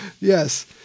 Yes